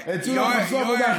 יואל,